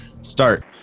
start